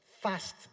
fast